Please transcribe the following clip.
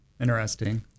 interesting